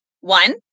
one